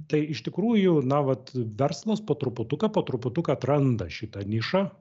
tai iš tikrųjų na vat verslas po truputuką po truputuką atranda šitą nišą